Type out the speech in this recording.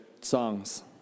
songs